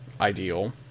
ideal